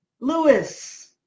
Lewis